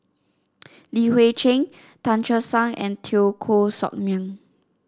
Li Hui Cheng Tan Che Sang and Teo Koh Sock Miang